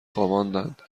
خواباندند